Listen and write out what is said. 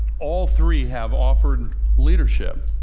all three have offered leadership,